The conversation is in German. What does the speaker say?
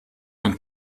von